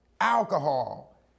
alcohol